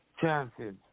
chances